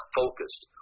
focused